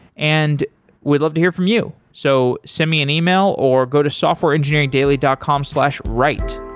and we'd love to hear from you. so send me an email or go to softwareengineeringdaily dot com slash write.